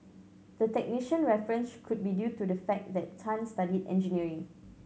the technician reference could be due to the fact that Tan studied engineering